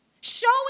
Showing